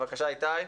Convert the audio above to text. בבקשה, איתי.